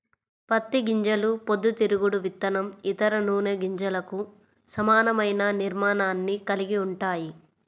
పత్తి గింజలు పొద్దుతిరుగుడు విత్తనం, ఇతర నూనె గింజలకు సమానమైన నిర్మాణాన్ని కలిగి ఉంటాయి